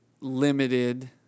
limited